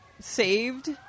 saved